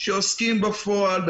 עניין